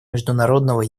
международного